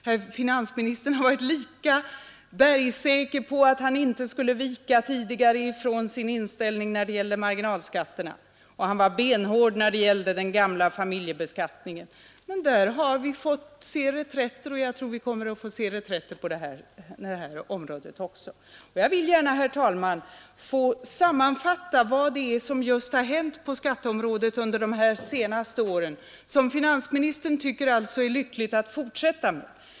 Herr finansministern har tidigare varit lika bergsäker på att han inte skulle backa från sin inställning när det gällde marginalskatterna. Han var benhård när det gällde den gamla familjebeskattningen. Men där har vi fått se reträtter, och jag tror vi kommer att få se reträtter också på detta område. Jag vill gärna, herr talman, få sammanfatta vad som hänt på skatteområdet under de senaste åren och som finansministern tycker det är lyckligt att fortsätta med.